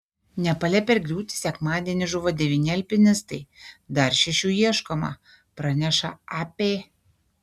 nepale per griūtį sekmadienį žuvo devyni alpinistai dar šešių ieškoma praneša ap